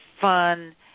fun